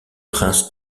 prince